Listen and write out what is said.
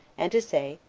and to say,